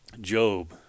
Job